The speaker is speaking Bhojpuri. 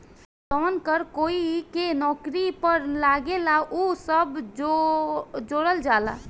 जवन कर कोई के नौकरी पर लागेला उ सब जोड़ल जाला